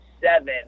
seven